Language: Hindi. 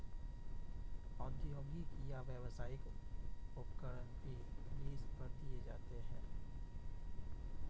औद्योगिक या व्यावसायिक उपकरण भी लीज पर दिए जाते है